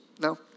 No